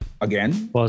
again